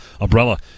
umbrella